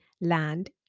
land